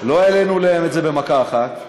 לא העלינו להם את זה במכה אחת,